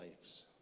lives